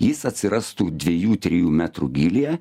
jis atsirastų dviejų trijų metrų gylyje